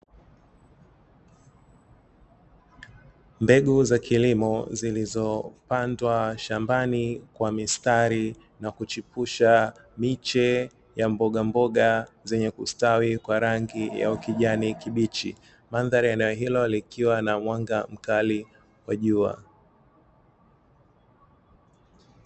Mbegu za kilimo zilizopandwa shambani kwa mistari na kuchipusha miche ya mbogamboga zenye kustawi kwa rangi ya ukijani kibichi, mandhari ya eneo hilo likiwa na mwanga mkali wa jua.